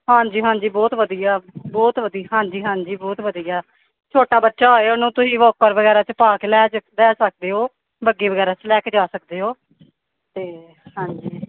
ਹਾਂਜੀ ਹਾਂਜੀ ਬਹੁਤ ਵਧੀਆ ਬਹੁਤ ਵਧੀਆ ਹਾਂਜੀ ਹਾਂਜੀ ਬਹੁਤ ਵਧੀਆ ਛੋਟਾ ਬੱਚਾ ਹੋਵੇ ਉਹਨੂੰ ਤੁਸੀਂ ਵੋਕਰ ਵਗੈਰਾ 'ਚ ਪਾ ਕੇ ਲੈ ਜੇ ਲੈ ਸਕਦੇ ਹੋ ਬੱਗੀ ਵਗੈਰਾ 'ਚ ਲੈ ਕੇ ਜਾ ਸਕਦੇ ਹੋ ਅਤੇ ਹਾਂਜੀ